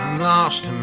lost and